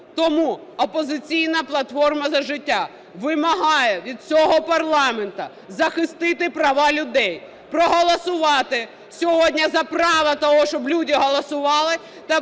Тому "Опозиційна платформа – за життя" вимагає від цього парламенту захистити права людей, проголосувати сьогодні за право того, щоб люди голосували,